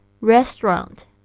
restaurant